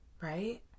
right